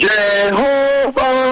Jehovah